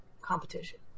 competition